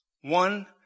one